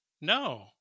No